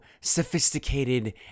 sophisticated